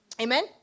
Amen